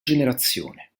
generazione